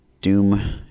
Doom